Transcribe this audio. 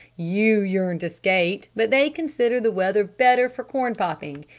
you yearn to skate but they consider the weather better for corn-popping!